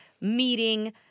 meeting